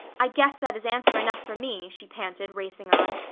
i guess that is answer enough for me, she panted, racing on.